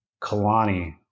Kalani